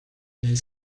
nel